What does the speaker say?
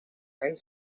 type